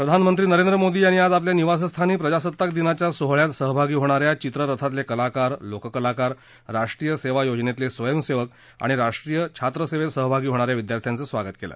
प्रधानमंत्री नरेंद्र मोदी यांनी आज आपल्या निवासस्थानी प्रजासत्ताक दिनाच्या सोहळ्यात सहभागी होणा या चित्रर्थातले कलाकार लोककलाकार राष्ट्रीय सेवा योजनेतले स्वयंसेवक आणि राष्ट्रछात्रसेवेत सहभागी होणा या विद्यार्थ्यांचं स्वागत केलं